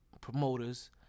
promoters